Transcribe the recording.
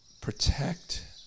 Protect